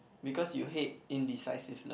because you hate indecisiveness